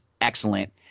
excellent